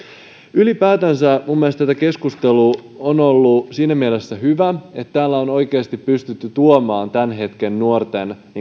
ylipäätänsä minun mielestäni tämä keskustelu on ollut siinä mielessä hyvä että täällä on oikeasti pystytty tuomaan esiin tämän hetken nuorten